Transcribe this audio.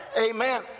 amen